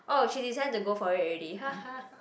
oh she decided to go for it already